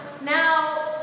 Now